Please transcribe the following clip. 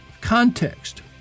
context